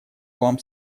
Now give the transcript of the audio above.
вам